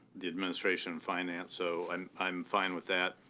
the administration, finance. so and i'm fine with that.